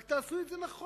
רק תעשו את זה נכון.